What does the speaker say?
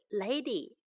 lady